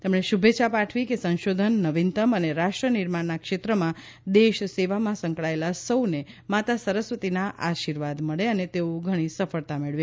તમણે શુભેચ્છા પાઠવી કે સંશોધન નવીનતા અને રાષ્ટ્ર નિર્માણના ક્ષેત્રમાં દેશ સેવામાં સંકળાયેલા સૌને માતા સરસ્વતીના આશીર્વાદ મળે અને તેઓ ઘણી સફળતા મેળવે